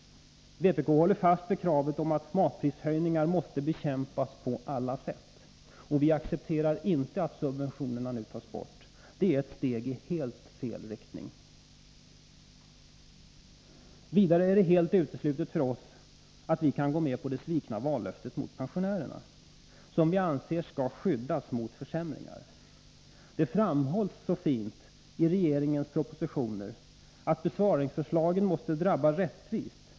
Vpk håller fast vid kravet på att matprishöjningar måste bekämpas på alla sätt. Vi accepterar inte att subventionerna nu tas bort. Det är ett steg i helt felaktig riktning. Vidare är det helt uteslutet att vi kan gå med på att svika vallöftet till pensionärerna, som vi anser skall skyddas mot försämringar. Det sägs så fint i regeringens propositioner att besparingsförslagen måste drabba rättvist.